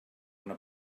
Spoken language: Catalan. una